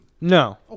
No